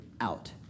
out